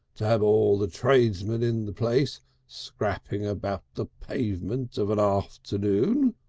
to have all the tradesmen in the place scrapping about the pavement of an afternoon.